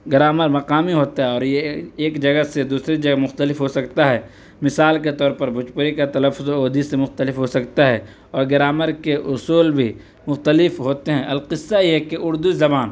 grammar مقامی ہوتا ہے اور یہ ایک جگہ سے دوسری جگہ مختلف ہو سکتا ہے مثال کے طور پر بھوجپوری کا تلفظ ہو اودھی سے مختلف ہو سکتا ہے اور گرامر کے اصول بھی مختلف ہوتے ہیں القصّہ یہ کہ اردو زبان